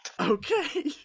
Okay